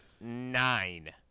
nine